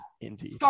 indeed